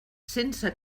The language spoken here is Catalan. sense